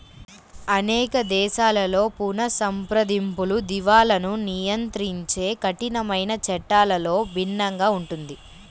అనేక దేశాలలో పునఃసంప్రదింపులు, దివాలాను నియంత్రించే కఠినమైన చట్టాలలో భిన్నంగా ఉంటుంది